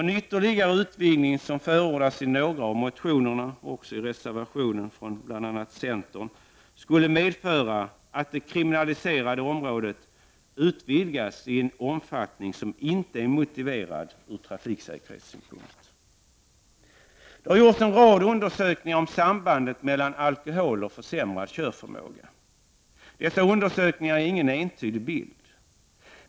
En ytterligare utvidgning, som förordas i några av motionerna och i reservationen från bl.a. centern, skulle medföra att det kriminaliserade området utvidgades i en omfattning som inte är motiverad ur trafiksäkerhetssynpunkt. Det har gjorts en rad undersökningar om sambandet mellan alkohol och försämrad körförmåga. Dessa undersökningar ger ingen entydig bild.